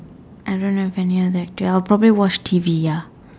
I don't have any other activity I would probably watch T_V ya